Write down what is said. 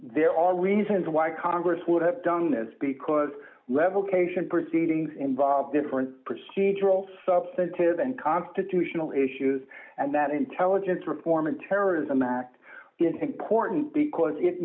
there are reasons why congress would have done this because level cation proceedings involve different procedural substantive and constitutional issues and that intelligence reform and terrorism act in sync porton because it